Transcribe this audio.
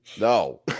No